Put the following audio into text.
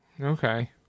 Okay